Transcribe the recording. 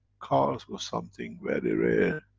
cars were something very rare